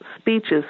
speeches